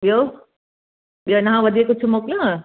ॿियो ॿियो हिन खां वधीक कुझु मोकिलियांव